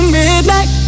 midnight